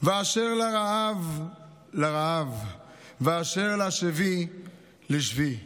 ואשר לרעב לרעב ואשר לשבי לשבי".